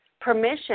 permission